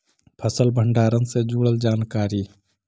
फसल भंडारन से जुड़ल जानकारी?